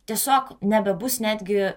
tiesiog nebebus netgi